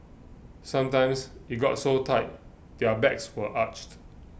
sometimes it got so tight their backs were arched